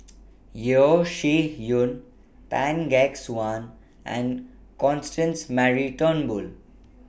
Yeo Shih Yun Tan Gek Suan and Constance Mary Turnbull